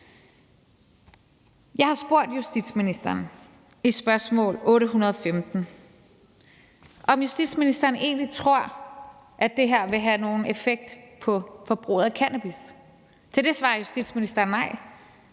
Jeg har spurgt justitsministeren, i spørgsmål 815, om justitsministeren egentlig tror, at det her vil have nogen effekt på forbruget af cannabis. Til det svarer justitsministeren nej.